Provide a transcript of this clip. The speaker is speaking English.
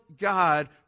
God